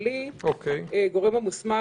ברגע שהנחת